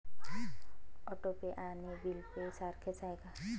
Auto pay आणि bill pay सारखेच आहे का?